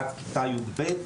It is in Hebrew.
עד כיתה י"ב.